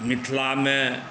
मिथिलामे